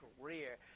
career